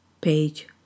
page